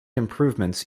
improvements